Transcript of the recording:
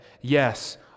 Yes